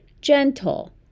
gentle